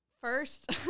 First